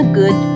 good